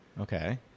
Okay